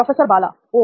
professor Bala ओ